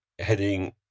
heading